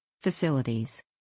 Facilities